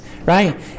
Right